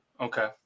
Okay